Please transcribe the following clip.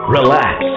Relax